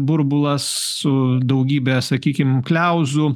burbulas su daugybe sakykim kliauzų